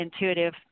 intuitive